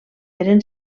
eren